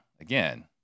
again